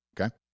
Okay